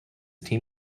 team